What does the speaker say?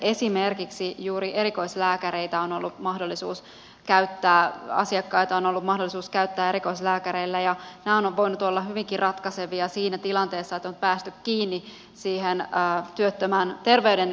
esimerkiksi juuri erikoislääkäreitä on ollut mahdollisuus käyttää asiakkaita on ollut mahdollista käyttää erikoislääkäreillä ja nämä ovat voineet olla hyvinkin ratkaisevia siinä tilanteessa että on päästy kiinni työttömän terveydelliseen tilanteeseen